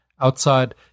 Outside